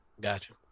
Gotcha